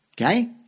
Okay